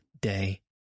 day